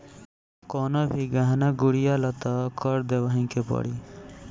कवनो भी गहना गुरिया लअ तअ कर देवही के पड़ी